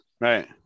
right